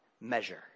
measure